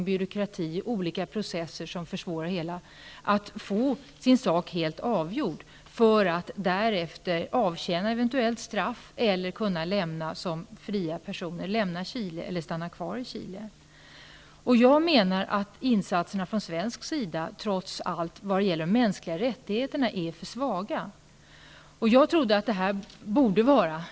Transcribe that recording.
byråkrati och olika processer som försvårar det hela får vänta mycket lång tid för att få sin sak helt avgjord, för att därefter kunna avtjäna eventuellt straff eller som fria personer lämma Chile eller stanna kvar där. Jag menar att insatserna från svensk sida vad gäller de mänskliga rättigheterna trots allt är för svaga.